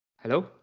hello